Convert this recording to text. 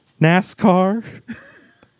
NASCAR